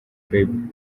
bieber